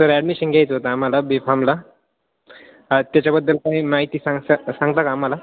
sir admission घ्यायचं होतं आम्हाला बी फॉमला त्याच्याबद्दल काही माहिती सांगसाल सांगता का आम्हाला